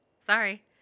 sorry